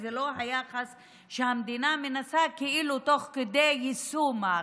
וזה לא היחס שהמדינה מנסה כאילו תוך כדי יישום ההחלטה.